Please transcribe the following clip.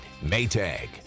Maytag